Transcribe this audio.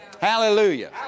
Hallelujah